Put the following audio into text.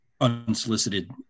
unsolicited